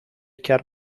chiar